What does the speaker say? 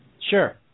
Sure